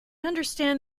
understand